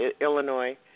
Illinois